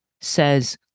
says